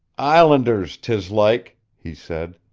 islanders, tis like, he said.